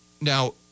now